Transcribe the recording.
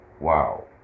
Wow